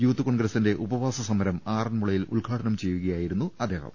youth കോൺഗ്രസിന്റെ ഉപവാസ സമരം ആറന്മുളയിൽ ഉദ്ഘാടനം ചെയ്യുകയായിരുന്നു അദ്ദേഹം